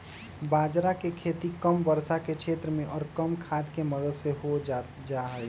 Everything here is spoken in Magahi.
बाजरा के खेती कम वर्षा के क्षेत्र में और कम खाद के मदद से हो जाहई